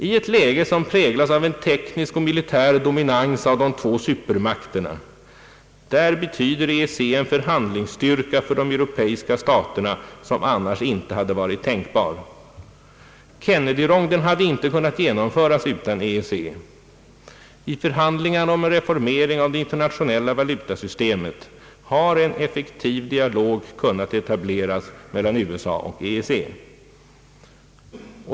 I ett läge, som präglas av en teknisk och militär dominans av de två supermakterna, betyder EEC en förhandlingsstyrka för de europeiska staterna, som annars inte hade varit tänkbar. Kennedy-ronden hade inte kunnat genomföras utan EEC. I förhandlingarna om reformering av det internationella valutasystemet har en effektiv dialog kunnat etableras mellan USA och EEC.